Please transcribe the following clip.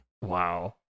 wow